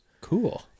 Cool